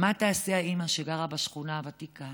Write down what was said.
אבל מה תעשה האימא שגרה בשכונה הוותיקה